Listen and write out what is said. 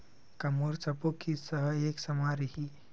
का मोर सबो किस्त ह एक समान रहि?